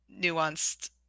nuanced